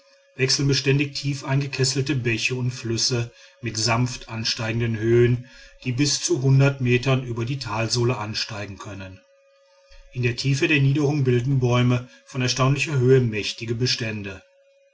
wechseln beständig tief eingesenkte bäche und flüsse mit sanft ansteigendem höhen die bis zu metern über die talsohle ansteigen können in der tiefe der niederungen bilden bäume von erstaunlicher höhe mächtige bestände